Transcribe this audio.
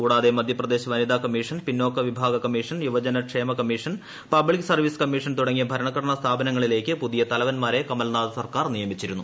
കൂടാതെ മധ്യപ്രദേശ് വനിതാ കമ്മീഷൻ പിന്നാക്ക വിഭാഗ കമ്മീഷൻ യുവജന ക്ഷേമ കമ്മീഷൻ പബ്ലിക് സർവീസ് കമ്മീഷൻ തുടങ്ങിയ ഭരണഘടനാ സ്ഥാപനങ്ങളിലേയ്ക്ക് പുതിയ തലവൻമാരെ കമൽനാഥ് സർക്കാർ നിയമിച്ചിരുന്നു